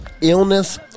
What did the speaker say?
Illness